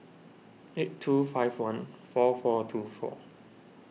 eight two five one four four two four